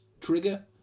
Trigger